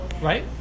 right